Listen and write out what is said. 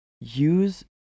use